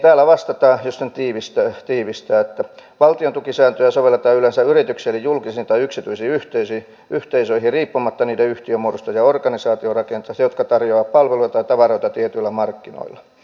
täällä vastataan jos sen tiivistää että valtiontukisääntöjä sovelletaan yleensä yrityksiin eli julkisiin tai yksityisiin yhteisöihin riippumatta niiden yhtiömuodosta ja organisaatiorakenteesta jotka tarjoavat palveluita tai tavaroita tietyillä markkinoilla